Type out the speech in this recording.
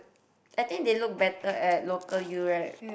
I think they look better at local U right